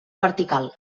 vertical